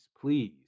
please